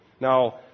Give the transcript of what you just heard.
Now